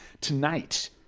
tonight